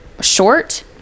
short